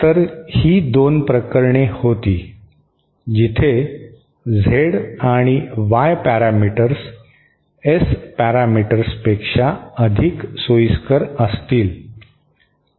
तर ही 2 प्रकरणे होती जिथे झेड आणि वाई पॅरामीटर्स एस पॅरामीटर्सपेक्षा अधिक सोयीस्कर असतील